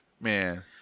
man